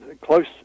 close